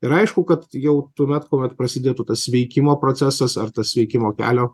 ir aišku kad jau tuomet kuomet prasidėtų tas sveikimo procesas ar tas sveikimo kelio